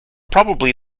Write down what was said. probably